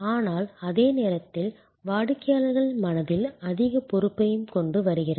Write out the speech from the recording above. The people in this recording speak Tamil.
ஆனால் அதே நேரத்தில் வாடிக்கையாளர்களின் மனதில் அதிக பொறுப்பையும் கொண்டு வருகிறது